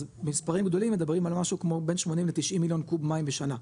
אז במספרים גדולים מדברים על משהו כמו בן 80 ל 90 מיליון קוב מים בשנה,